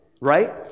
right